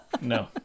No